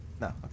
No